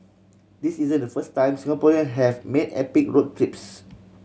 this isn't the first time Singaporean have made epic road trips